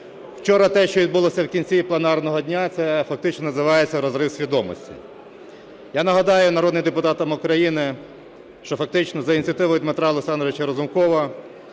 Вчора те, що відбулося в кінці пленарного дня, це фактично називається розрив свідомості. Я нагадаю народним депутатам України, що фактично за ініціативою Дмитра Олександровича Разумкова